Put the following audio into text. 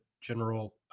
general